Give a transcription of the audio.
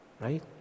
Right